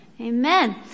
Amen